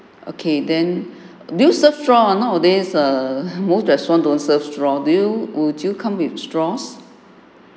okay then do you serve straw nowadays ah most restaurant don't serve straws do you would you come with straws